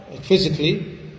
physically